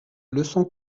leçon